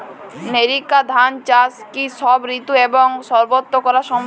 NERICA ধান চাষ কি সব ঋতু এবং সবত্র করা সম্ভব?